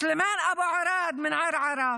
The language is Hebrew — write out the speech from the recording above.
סלימאן אבו עראר מערערה,